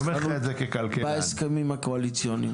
אני רוצה להגיד משהו על הנושא של מוקד,